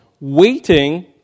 waiting